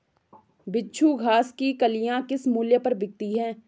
बिच्छू घास की कलियां किस मूल्य पर बिकती हैं?